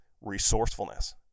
resourcefulness